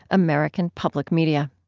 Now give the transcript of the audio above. american public media